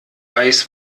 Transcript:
weiß